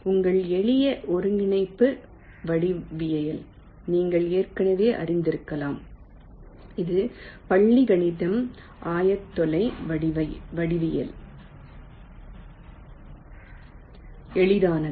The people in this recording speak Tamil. உங்கள் எளிய ஒருங்கிணைப்பு வடிவவியலை நீங்கள் ஏற்கனவே அறிந்திருக்கலாம் இது பள்ளி கணிதம் ஆயத்தொலை வடிவியல் எளிதானது